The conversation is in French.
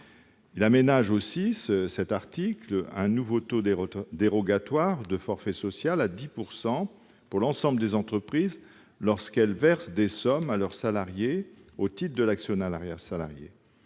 aménage aussi un nouveau taux dérogatoire de forfait social à 10 % pour l'ensemble des entreprises, lorsque celles-ci versent des sommes à leurs salariés au titre de l'actionnariat salarié.